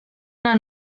una